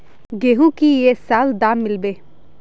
गेंहू की ये साल दाम मिलबे बे?